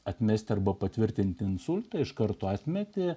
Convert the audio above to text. atmesti arba patvirtinti insultą iš karto atmetė